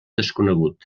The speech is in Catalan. desconegut